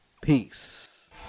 Peace